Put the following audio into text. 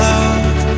Love